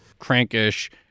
crankish